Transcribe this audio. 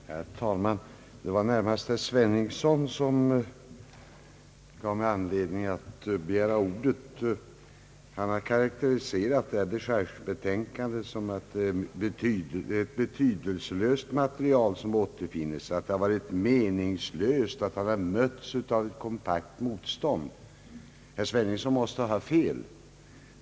Herr talman! Det var närmast herr Sveningssons anförande som gav mig anledning att begära ordet. Han har karakteriserat detta memorial på så sätt att det är ett betydelselöst material som återfinnes däri, att det är meningslöst och att han mötts av ett kompakt motstånd. Herr Sveningsson måste ha fel.